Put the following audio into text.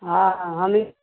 हँ हमी